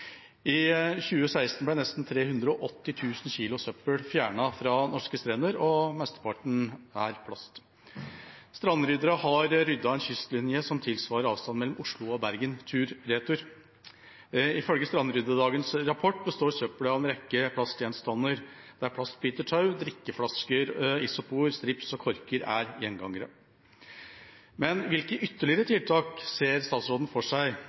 2016 ble nesten 380 000 kg søppel fjernet fra norske strender, og mesteparten var plast. Strandryddere har ryddet en kystlinje som tilsvarer avstanden mellom Oslo og Bergen tur/retur. Ifølge Strandryddedagens rapport består søppelet av en rekke plastgjenstander, der plastbiter, tau, drikkeflasker, isopor, strips og korker er gjengangere. Hvilke ytterligere tiltak ser statsråden for seg